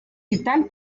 vital